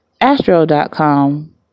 Astro.com